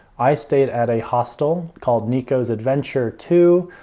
i stayed at a hostel called nico's adventure too.